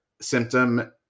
symptom